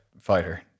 fighter